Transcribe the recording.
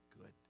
good